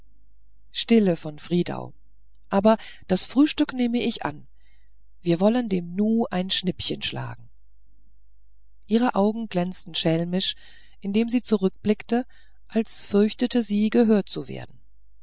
stille von friedau aber das frühstück nehme ich an wir wollen dem nu ein schnippchen schlagen ihre augen glänzten schelmisch indem sie zurückblickte als fürchtete sie gehört zu werden